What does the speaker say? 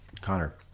Connor